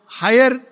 higher